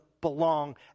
belong